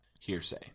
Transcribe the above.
hearsay